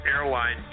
Airline